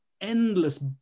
endless